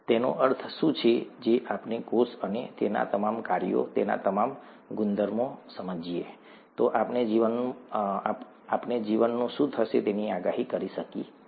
તેનો અર્થ શું છે જો આપણે કોષ અને તેના તમામ કાર્યો તેના તમામ ગુણધર્મોને સમજીએ તો આપણે જીવનનું શું થશે તેની આગાહી કરી શકીશું